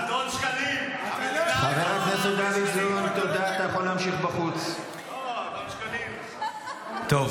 אדון שקלים --- מדינת ישראל במקום שלישי ביוקר המחיה.